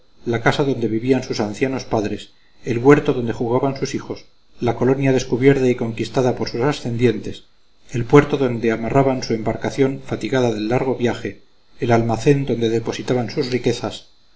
la casa donde vivían sus ancianos padres el huerto donde jugaban sus hijos la colonia descubierta y conquistada por sus ascendientes el puerto donde amarraban su embarcación fatigada del largo viaje el almacén donde depositaban sus riquezas